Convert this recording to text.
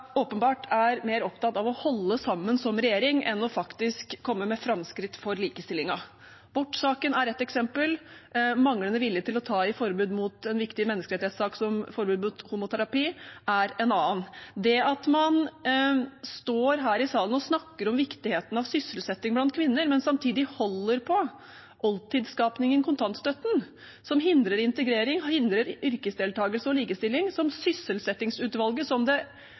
åpenbart mer opptatt av å holde sammen som regjering enn faktisk å komme med framskritt for likestillingen. Abortsaken er ett eksempel. Manglende vilje til å ta i forbud mot homoterapi, som en viktig menneskerettighetssak, er en annen. Og det at man står her i salen og snakker om viktigheten av sysselsetting blant kvinner, men samtidig holder på oldtidsskapningen kontantstøtten, som hindrer integrering og hindrer yrkesdeltakelse og likestilling, og som sysselsettingsutvalget, som det